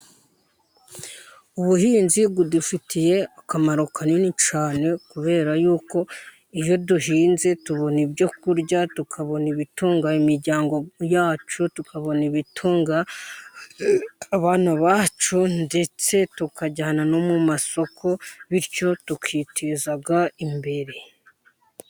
Ubuhinzi budufitiye akamaro kanini cyane kubera ko iyo duhinze tubona ibyo kurya, tukabona ibitunga imiryango yacu, tukabona ibitunga abana bacu ndetse tukajyana no mu masoko bityo tukiteza imbere.